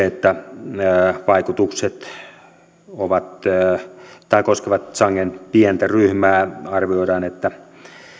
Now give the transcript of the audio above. että vaikutukset koskevat sangen pientä ryhmää arvioidaan että